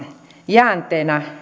jäänteenä